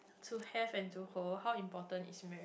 to have and to hold how important is marriage